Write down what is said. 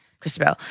Christabel